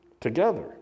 together